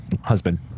husband